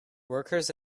workers